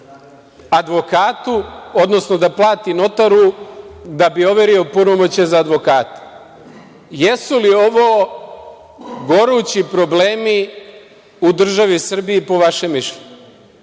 advokatu, odnosno da plati notaru da bi overio punomoćje za advokata. Jesu li ovo gorući problemi u državi Srbiji, po vašem mišljenju?